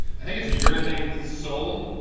i think it's a urethane sole.